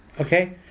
okay